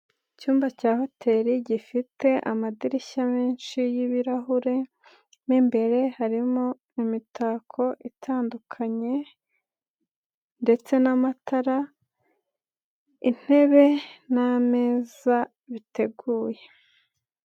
Icyumba cya hoteli gifite amadirishya menshi y'ibirahure, mo imbere harimo imitako itandukanye ndetse n'amatara, intebe n'ameza biteguye.